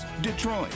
Detroit